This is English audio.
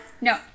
No